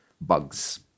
Bugs